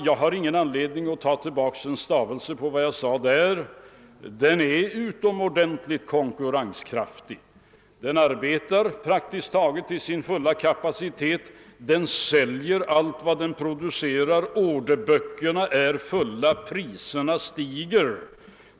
Jag har ingen anledning att ta tillbaka en enda stavelse av vad jag där sagt. Den är utomordentligt konkurrenskraftig och arbetar med praktiskt taget full kapacitet, den säljer allt vad den producerar, orderböckerna är fulla och priserna stiger.